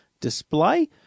display